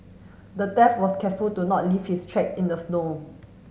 the theft was careful to not leave his track in the snow